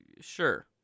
Sure